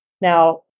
Now